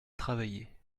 travailler